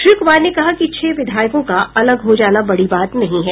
श्री कुमार ने कहा कि छह विधायकों का अलग हो जाना बड़ी बात नही है